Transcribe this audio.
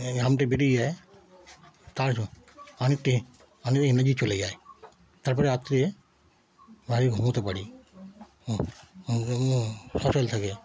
যে ঘামটি বেরিয়ে যায় তার জন্য অনেকটি অনেকটা এনার্জি চলে যায় তার পরে রাত্রে ভারি ঘুমোতে পারি হুম থাকে